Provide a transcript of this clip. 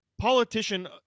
politician